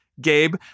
Gabe